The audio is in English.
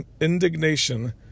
indignation